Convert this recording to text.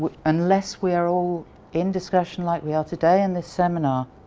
but unless we are all in discussion like we are today in this seminar